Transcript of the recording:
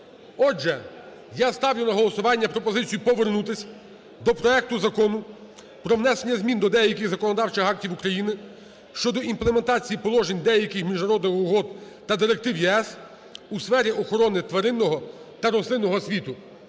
Отже, я ставлю на голосування пропозицію повернутись до проекту Закону про внесення змін до деяких законодавчих актів України (щодо імплементації положень деяких міжнародних угод та директив ЄС у сфері охорони тваринного та рослинного світу).